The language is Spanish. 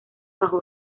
bajo